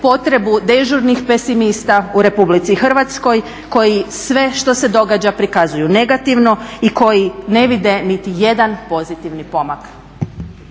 potrebu dežurnih pesimista u Republici Hrvatskoj koji sve što se događa prikazuju negativno i koji ne vide niti jedan pozitivni pomak.